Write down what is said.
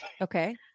Okay